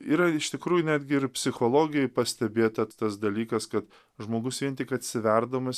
yra iš tikrųjų netgi ir psichologei pastebėta tas dalykas ka žmogus vien tik atsiverdamas